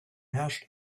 herrscht